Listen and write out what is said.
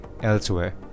elsewhere